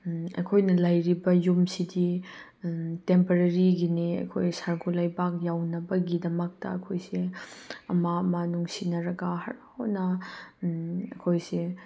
ꯑꯩꯈꯣꯏꯅ ꯂꯩꯔꯤꯕ ꯌꯨꯝꯁꯤꯗꯤ ꯇꯦꯝꯄꯔꯔꯤꯒꯤꯅꯤ ꯑꯩꯈꯣꯏ ꯁꯔꯒ ꯂꯩꯕꯥꯛ ꯌꯧꯅꯕꯒꯤꯗꯃꯛꯇ ꯑꯩꯈꯣꯏꯁꯦ ꯑꯃ ꯑꯃ ꯅꯨꯡꯁꯤꯅꯔꯒ ꯍꯔꯥꯎꯅ ꯑꯩꯈꯣꯏꯁꯦ